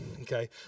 Okay